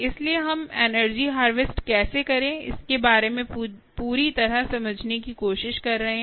इसलिए हम energy harvest कैसे करें इसके बारे में पूरी तरह समझने की कोशिश कर रहे हैं